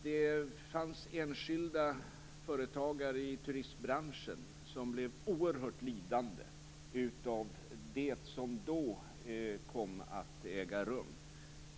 Det fanns enskilda företagare i turistbranschen som blev oerhört lidande av det som då kom att äga rum.